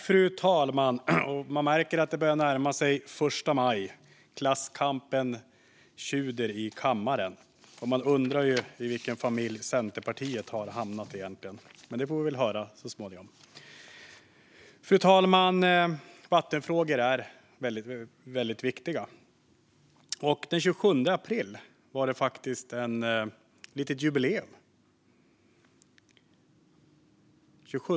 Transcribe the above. Fru talman! Man märker att det börja närma sig första maj - klasskampen sjuder i kammaren. Och man undrar i vilken familj Centerpartiet egentligen har hamnat. Men det får vi väl höra så småningom. Fru talman! Vattenfrågor är väldigt viktiga. Den 27 april var det faktiskt ett litet jubileum.